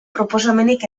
proposamenik